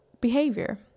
behavior